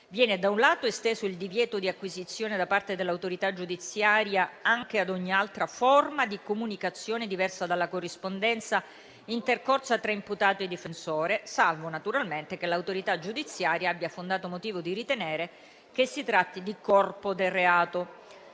viene, da un lato, esteso il divieto di acquisizione da parte dell'autorità giudiziaria anche ad ogni altra forma di comunicazione, diversa dalla corrispondenza, intercorsa tra l'imputato ed il proprio difensore, salvo che l'autorità giudiziaria abbia fondato motivo di ritenere che si tratti di corpo del reato